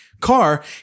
car